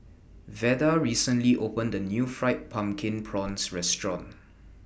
Veda recently opened The New Fried Pumpkin Prawns Restaurant